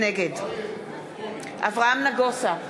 נגד אברהם נגוסה,